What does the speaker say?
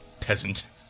peasant